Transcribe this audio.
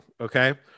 Okay